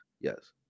Yes